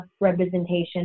representation